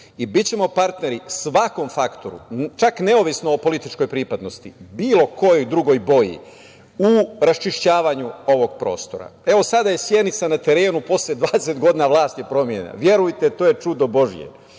Bićemo partneri svakom faktoru, čak neovisno o političkoj pripadnosti, bilo kojoj drugoj boji u raščišćavanju ovog prostora. Evo sada je Sjenica na terenu posle 20 godina vlasti promenjena. Verujte to je čudo